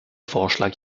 vorschlag